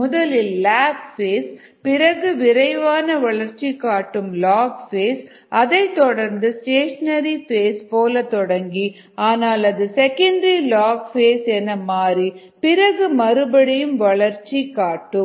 முதலில் log phase பிறகு விரைவான வளர்ச்சி காட்டும் லாக் ஃபேஸ் அதைத்தொடர்ந்து ஸ்டேஷனரி ஃபேஸ் போல தொடங்கி ஆனால் அது செகண்டரி லாக் ஃபேஸ் என மாறி பிறகு மறுபடியும் வளர்ச்சி காட்டும்